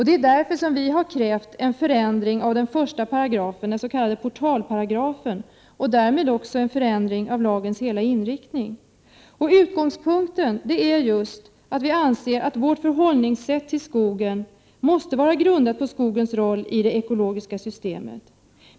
Det är därför som vi har krävt en förändring av den första paragrafen, den s.k. portalparagrafen, och därmed en förändring av lagens hela inriktning. Utgångspunkten är att vi anser att vårt förhållningssätt till skogen måste vara grundat på skogens roll i det ekologiska systemet.